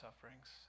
sufferings